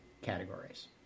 categories